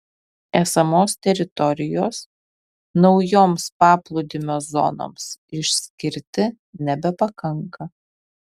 esamos teritorijos naujoms paplūdimio zonoms išskirti nebepakanka